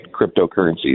cryptocurrencies